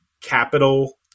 capital